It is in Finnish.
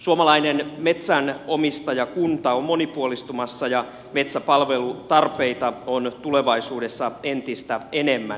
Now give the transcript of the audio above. suomalainen metsänomistajakunta on monipuolistumassa ja metsäpalvelutarpeita on tulevaisuudessa entistä enemmän